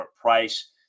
price